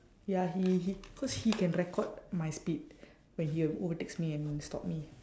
ya he he cause he can record my speed when he o~ overtakes me and stop me